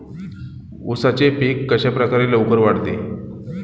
उसाचे पीक कशाप्रकारे लवकर वाढते?